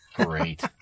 Great